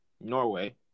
Norway